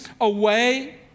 away